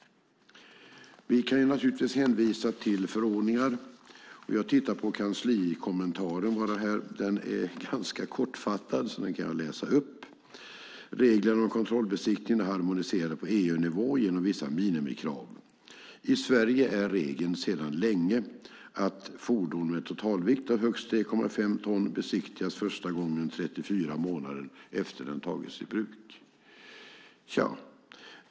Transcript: Vi kan hänvisa till förordningar. Jag tittar på kanslikommentaren. Den är ganska kortfattad, och den kan jag läsa upp: Reglerna om kontrollbesiktning harmoniserar på EU-nivå genom vissa minimikrav. I Sverige är regeln sedan länge att fordon med en totalvikt av högst 3,5 ton besiktigas första gången 34 månader efter att den tagits i bruk.